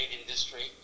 industry